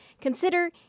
Consider